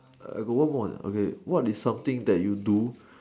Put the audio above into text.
I got one more eh okay what is something that you do